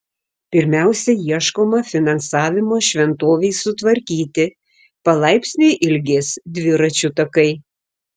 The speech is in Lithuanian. pirmiausia ieškoma finansavimo šventovei sutvarkyti palaipsniui ilgės dviračių takai